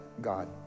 God